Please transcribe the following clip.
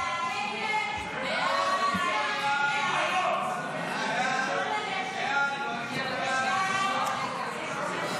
חוק הביטוח הלאומי (תיקון מס' 252 והוראת שעה),